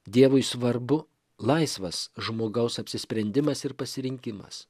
dievui svarbu laisvas žmogaus apsisprendimas ir pasirinkimas